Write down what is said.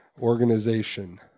organization